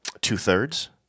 two-thirds